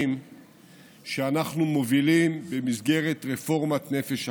שאנחנו מובילים במסגרת רפורמת נפש אחת.